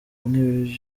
nk’igisubizo